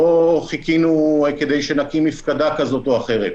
לא חיכינו כדי שנקים מפקדה כזאת או אחרת,